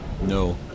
No